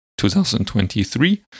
2023